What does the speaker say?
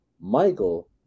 Michael